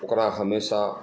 ओकरा हमेशा